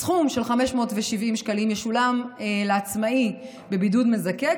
הסכום של 570 שקלים ישולם לעצמאי בבידוד מזכה,